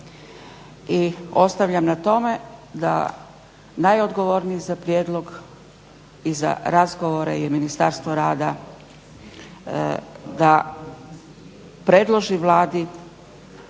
I ostavljam na tome da najodgovorniji za prijedlog i za razgovore je Ministarstvo rada da predloži Vladi